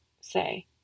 say